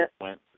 went